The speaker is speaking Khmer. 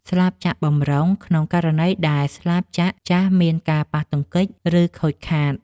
ស្លាបចក្របម្រុង ក្នុងករណីដែលស្លាបចក្រចាស់មានការប៉ះទង្គិច ឬខូចខាត។